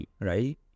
right